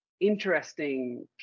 interesting